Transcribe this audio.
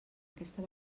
aquesta